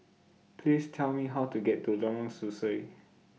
Please Tell Me How to get to Lorong Sesuai